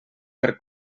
per